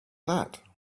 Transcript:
that